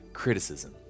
criticism